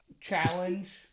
challenge